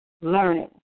learning